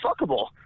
fuckable